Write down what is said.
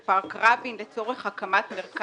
אני רוצה לומר מילות פרגון לחבר הכנסת פורר.